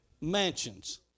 mansions